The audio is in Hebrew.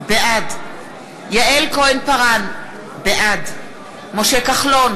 בעד יעל כהן-פארן, בעד משה כחלון,